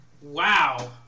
Wow